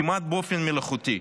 כמעט באופן מלאכותי,